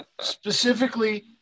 specifically